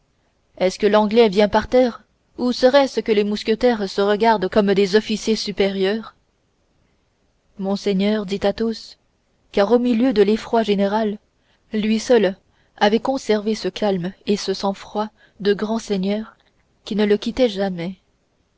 est-ce que l'anglais vient par terre ou serait-ce que les mousquetaires se regardent comme des officiers supérieurs monseigneur répondit athos car au milieu de l'effroi général lui seul avait conservé ce calme et ce sang-froid de grand seigneur qui ne le quittaient jamais